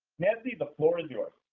nancy, the floor is yours.